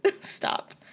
Stop